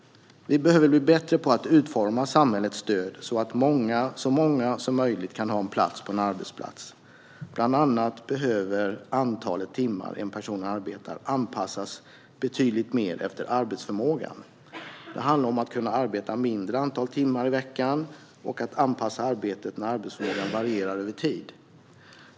Vi behöver bli bättre på att utforma samhällets stöd så att så många som möjligt kan ha en plats på en arbetsplats. Bland annat behöver antalet timmar en person arbetar anpassas betydligt mer efter arbetsförmågan. Det handlar om att kunna arbeta ett mindre antal timmar i veckan och att anpassa arbetet när arbetsförmågan varierar över tid.